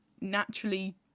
naturally